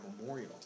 memorial